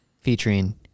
featuring